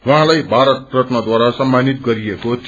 उहाँलाई भारत रत्नद्वारा सम्मानित गरिएको थियो